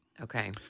Okay